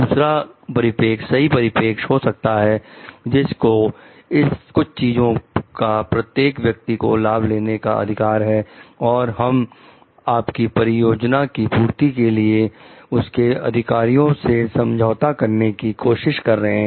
दूसरा परिपेक्ष सही परिपेक्ष हो सकता है जिस की कुछ चीजों का प्रत्येक व्यक्ति को लाभ लेने का अधिकार है और हम आपकी परियोजना की पूर्ति के लिए उनके अधिकारों से समझौता करने की कोशिश कर रहे हो